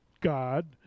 God